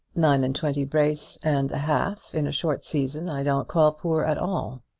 nine-and-twenty brace and a half in a short season i don't call poor at all.